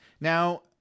Now